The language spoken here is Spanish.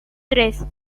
tres